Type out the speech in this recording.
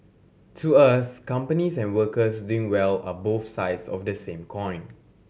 to us companies and workers doing well are both sides of the same coin